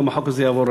גם החוק הזה יעבור.